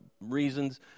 reasons